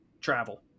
travel